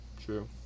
True